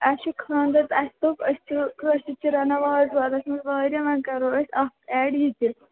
اَسہِ چھُ خانٛدر تہٕ اَسہِ دوٚپ أسۍ چھِ کٲشِر چھِ رنان وازٕوان واریاہ وۅنۍ کرو أسۍ اَتھ ایٚڈ یِتہٕ